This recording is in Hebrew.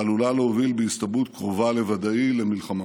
שעלולה להוביל בהסתברות קרובה לוודאי למלחמה.